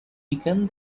become